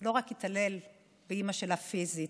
לא רק התעלל באימא שלה פיזית,